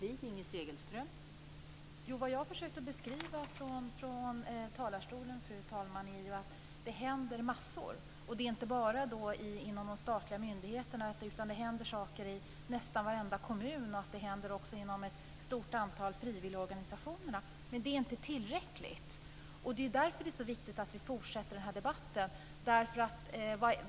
Fru talman! Vad jag försökte beskriva från talarstolen är att det händer massor. Det är inte bara inom de statliga myndigheterna utan nästan i varje kommun och inom ett stort antal frivilligorganisationer. Men det är inte tillräckligt. Därför är det så viktigt att vi fortsätter den här debatten.